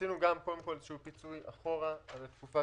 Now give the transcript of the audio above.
עשינו גם קודם כל איזה שהוא פיצוי אחורה על התקופה